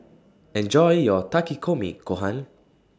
Enjoy your Takikomi Gohan